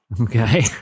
Okay